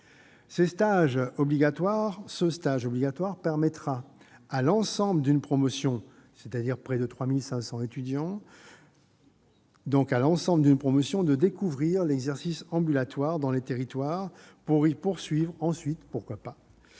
Ce stage obligatoire permettra à l'ensemble d'une promotion, c'est-à-dire près de 3 500 étudiants, de découvrir l'exercice ambulatoire dans les territoires, puis d'y poursuivre- pourquoi pas ?